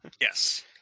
Yes